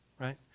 right